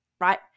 right